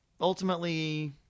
ultimately